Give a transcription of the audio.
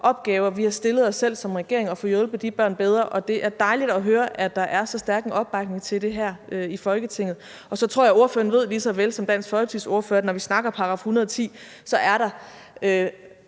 opgaver, vi har stillet os selv som regering, nemlig at få hjulpet de børn bedre, og det er dejligt at høre, at der er så stærk en opbakning til det her i Folketinget. Og så tror jeg, at ordføreren lige såvel som Dansk Folkepartis ordfører ved, at når vi snakker § 110, så er der